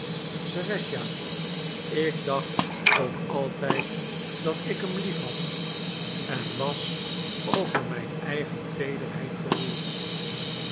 serëscha ik dacht ook altijd dat ik hem liefhad en was over mijn eigen teederheid geroerd